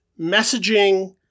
messaging